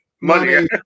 Money